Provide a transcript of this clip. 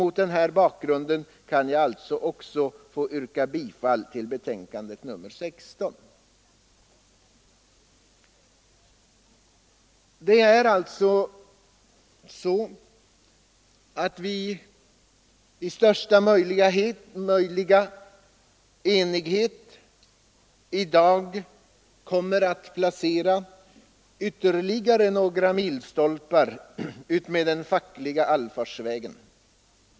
Mot denna bakgrund ber jag att få yrka bifall till inrikesutskottets hemställan i betänkandet nr 16. I största möjliga enighet kommer således riksdagen i dag att placera ytterligare några milstolpar utmed den fackliga allfarvägen.